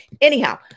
Anyhow